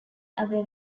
other